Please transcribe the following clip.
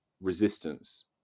resistance